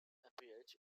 appeared